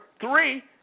three